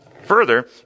Further